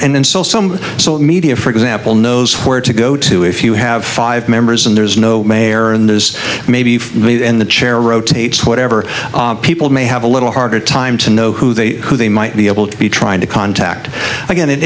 and so some media for example knows where to go to if you have five members and there's no mayor in this maybe in the chair rotates whatever people may have a little harder time to know who they are they might be able to be trying to contact again it